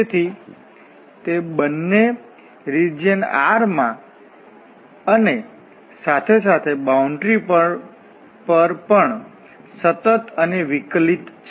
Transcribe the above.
તેથી તે બંને રિજિયન R માં અને સાથે સાથે બાઉન્ડરી પર પણ સતત અને વિકલીત છે